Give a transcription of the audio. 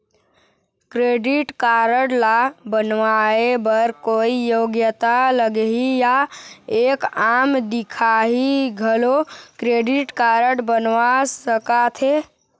Credit card ला बनवाए बर कोई योग्यता लगही या एक आम दिखाही घलो क्रेडिट कारड बनवा सका थे?